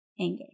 anger